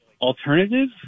alternative